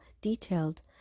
detailed